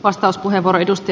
rouva puhemies